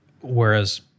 whereas